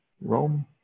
Rome